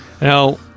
Now